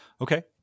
Okay